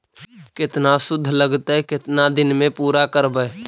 केतना शुद्ध लगतै केतना दिन में पुरा करबैय?